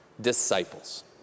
disciples